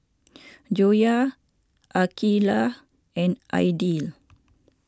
Joyah Aqeelah and Aidil